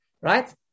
Right